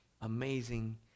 amazing